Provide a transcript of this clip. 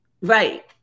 Right